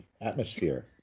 atmosphere